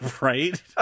right